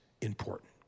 important